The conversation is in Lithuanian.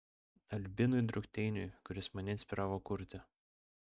albinui drukteiniui kuris mane inspiravo kurti